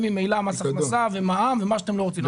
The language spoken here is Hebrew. ממילא מס הכנסה ומע"מ ומה שאתם לא רוצים,